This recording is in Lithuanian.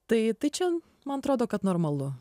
tai tai čian man atrodo kad normalu